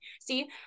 See